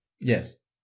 Yes